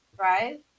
Right